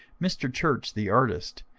mr. church, the artist,